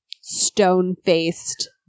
stone-faced